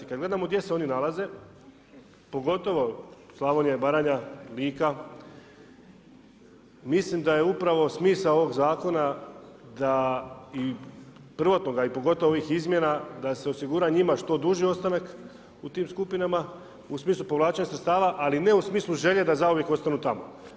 Kada gledamo gdje se oni nalaze, pogotovo Slavonija i Baranja, Lika mislim da je upravo smisao ovog zakona prvotnoga i pogotovo ovih izmjena da se osigura njima što duži ostanak u tim skupinama u smislu povlačenja sredstava, ali ne u smislu želje da zauvijek ostanu tamo.